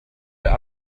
der